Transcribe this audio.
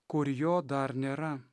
kur jo dar nėra